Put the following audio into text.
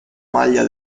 maglia